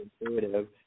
intuitive